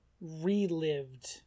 relived